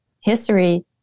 history